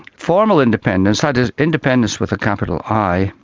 formal independence, that is independence with a capital i,